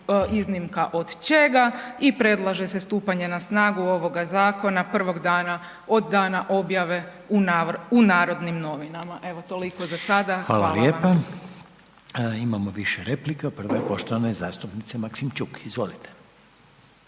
Iznimka od čega i predlaže se stupanje na snagu ovoga zakona prvog dana od dana objave u Narodnim novinama. Evo, toliko za sada, hvala vam. **Reiner, Željko (HDZ)** Hvala lijepa. Imamo više replika. Prva je poštovane zastupnice Maksimčuk. Izvolite.